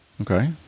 Okay